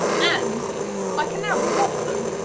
and i can now plot them.